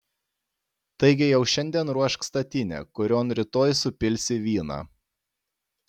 taigi jau šiandien ruošk statinę kurion rytoj supilsi vyną